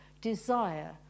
desire